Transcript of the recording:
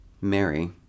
Mary